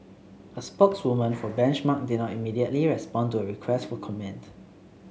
a spokeswoman for Benchmark did not immediately respond to a request for comment